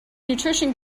nutrition